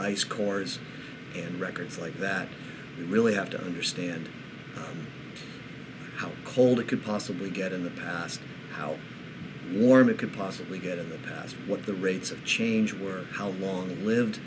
ice cores and records like that you really have to understand how cold it could possibly get in the past how warm it could possibly get in the past what the rates of change were how long lived